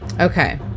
Okay